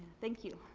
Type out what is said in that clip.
thank you.